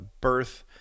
birth